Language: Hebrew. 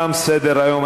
תם סדר-היום,